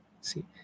See